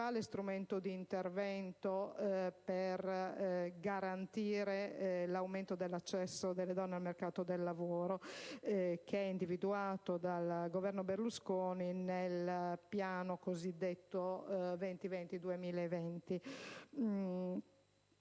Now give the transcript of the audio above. strumento di intervento per garantire l'aumento dell'accesso delle donne al mercato del lavoro, che è individuato dal Governo Berlusconi nel cosiddetto Piano